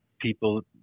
people